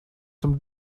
zum